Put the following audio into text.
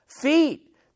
Feet